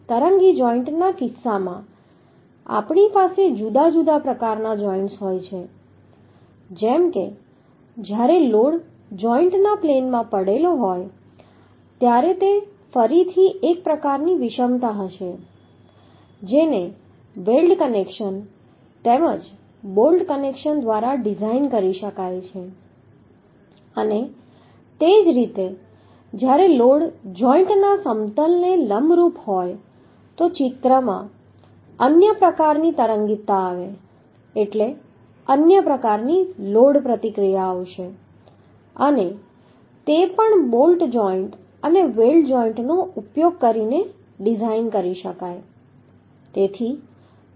તરંગી જોઈન્ટ ના કિસ્સામાં આપણી પાસે જુદા જુદા પ્રકારના જોઈન્ટસ હોય છે જેમ કે જ્યારે લોડ જોઈન્ટના પ્લેનમાં પડેલો હોય ત્યારે તે ફરીથી એક પ્રકારની વિષમતા હશે જેને વેલ્ડ કનેક્શન તેમજ બોલ્ટ કનેક્શન દ્વારા ડિઝાઇન કરી શકાય છે અને તે જ રીતે જ્યારે લોડ જોઈન્ટના સમતલને લંબરૂપ હોય તો ચિત્રમાં અન્ય પ્રકારનો તરંગીતા આવે એટલે અન્ય પ્રકારની લોડ પ્રતિક્રિયા આવશે અને તે પણ બોલ્ટ જોઈન્ટ અને વેલ્ડ જોઈન્ટનો ઉપયોગ કરીને ડિઝાઇન કરી શકાય